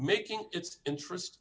making its interest